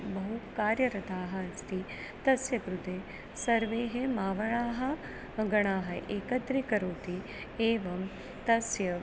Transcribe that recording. बहु कार्यरताः अस्ति तस्य कृते सर्वेः मावडाः गणाः एकत्री करोति एवं तस्य